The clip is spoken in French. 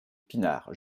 pinard